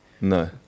No